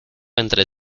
entre